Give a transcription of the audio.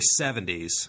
70s